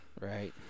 right